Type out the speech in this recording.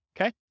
Okay